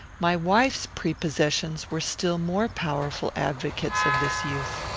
my wife's prepossessions were still more powerful advocates of this youth.